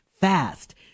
fast